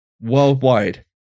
worldwide